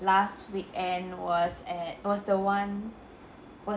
last weekend was at was the one wa~